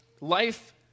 life